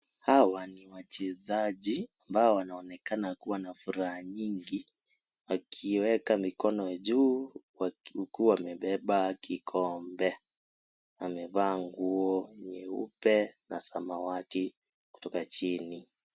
Hawa ni wachezaji, ambao wanaonekana kuwa na furaha nyingi, wakiweka mikono juu huku wakibeba kikombe. Wamevaa nguo nyeupe na samawati kutoka chini.